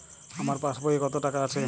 আমার পাসবই এ কত টাকা আছে?